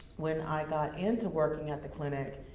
when i got into working at the clinic,